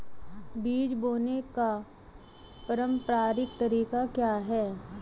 बीज बोने का पारंपरिक तरीका क्या है?